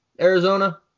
Arizona